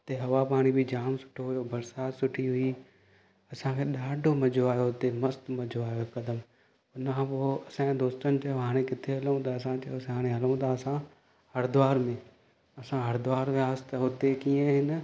हुते हवा पाणी बि जाम सुठो हुओ बरसाति सुठी हुई असांखे ॾाढो मज़ो आहियो हुते मस्तु मज़ो आहियो हिकदमि हुन खां पोइ असांजे दोस्तनि चयो हाणे किथे हलूं त असां चयोसीं हाणे हलूं था असां हरिद्वार में असां हरिद्वार वियासीं त हुते कीअं हुई न